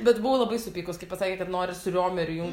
bet buvau labai supykus kai pasakė kad nori su riomeriu jung